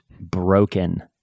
broken